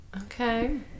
Okay